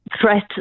threat